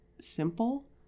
simple